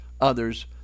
others